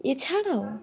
এছাড়াও